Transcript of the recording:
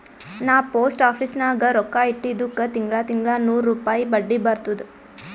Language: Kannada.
ನಾ ಪೋಸ್ಟ್ ಆಫೀಸ್ ನಾಗ್ ರೊಕ್ಕಾ ಇಟ್ಟಿದುಕ್ ತಿಂಗಳಾ ತಿಂಗಳಾ ನೂರ್ ರುಪಾಯಿ ಬಡ್ಡಿ ಬರ್ತುದ್